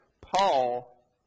Paul